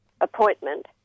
appointment